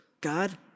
God